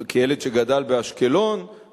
כילד שגדל באשקלון,